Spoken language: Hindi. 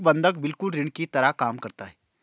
एक बंधक बिल्कुल ऋण की तरह काम करता है